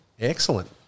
excellent